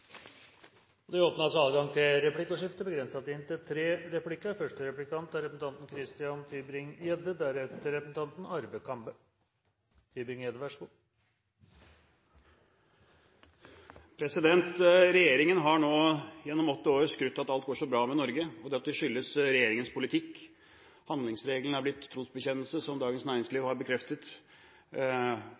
Det blir replikkordskifte. Regjeringen har nå gjennom åtte år skrytt av at alt går så bra med Norge, og at det skyldes regjeringens politikk. Handlingsregelen er blitt en trosbekjennelse, som Dagens Næringsliv har bekreftet.